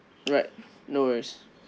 right no worries